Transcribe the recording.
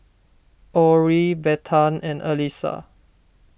Orie Bethann and Alyssia